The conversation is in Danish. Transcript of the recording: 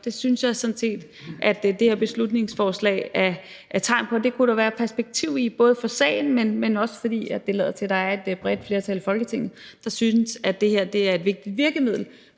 Det synes jeg sådan set at det her beslutningsforslag er et tegn på. Det kunne der være et perspektiv i, både af hensyn til sagen, men også fordi det lader til, at der er et bredt flertal i Folketinget, der synes, at det her er et vigtigt virkemiddel